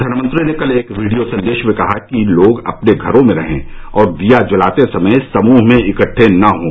प्रधानमंत्री ने कल एक वीडियो संदेश में कहा कि लोग अपने घर में रहें और दिया जलाते समय समूह में इकट्ठे न हों